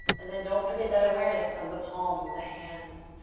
and then don't forget that awareness of the palms, of the hands,